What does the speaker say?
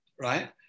right